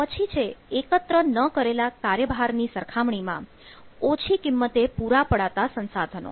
પછી છે એકત્ર ન કરેલા કાર્યભાર ની સરખામણીમાં ઓછી કિંમતે પુરા પડાતા સંસાધનો